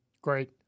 Great